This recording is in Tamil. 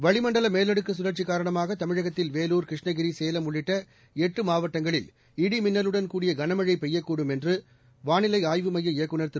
வளிமண்டல மேலடுக்கு கழற்சி காரணமாக தமிழகத்தில் வேலூர் கிருஷ்ணகிரி சேலம் உள்ளிட்ட எட்டு மாவட்டங்களில் இடிமின்னலுடன் கூடிய கனமழை பெய்யக்கூடும் என்று வானிலை ஆய்வு மைய இயக்குநர் திரு